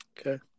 Okay